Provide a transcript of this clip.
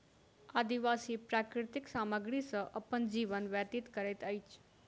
आदिवासी प्राकृतिक सामग्री सॅ अपन जीवन व्यतीत करैत अछि